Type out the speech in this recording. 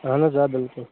اہن حظ آ بِلکُل